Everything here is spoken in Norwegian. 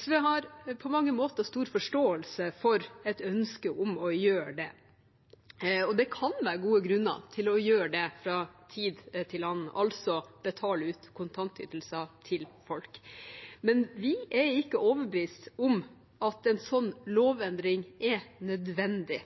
SV har på mange måter stor forståelse for et ønske om å gjøre det, og det kan være gode grunner til å gjøre det fra tid til annen, altså å betale ut kontantytelser til folk. Men vi er ikke overbevist om at en sånn lovendring er nødvendig